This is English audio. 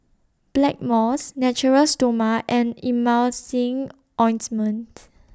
Blackmores Natura Stoma and Emulsying Ointment